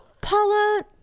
Paula